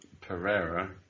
Pereira